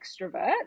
extrovert